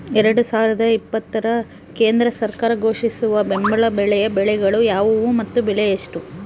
ಎರಡು ಸಾವಿರದ ಇಪ್ಪತ್ತರ ಕೇಂದ್ರ ಸರ್ಕಾರ ಘೋಷಿಸಿದ ಬೆಂಬಲ ಬೆಲೆಯ ಬೆಳೆಗಳು ಯಾವುವು ಮತ್ತು ಬೆಲೆ ಎಷ್ಟು?